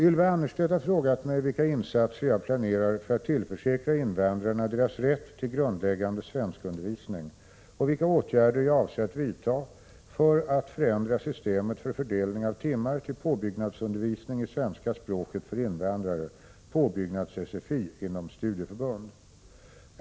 Ylva Annerstedt har frågat mig vilka insatser jag planerar för att tillförsäkra invandrarna deras rätt till grundläggande svenskundervisning och vilka åtgärder jag avser att vidta för att förändra systemet för fördelning av timmar till påbyggnadsundervisning i svenska språket för invandrare, påbyggnads-SFI, inom studieförbund.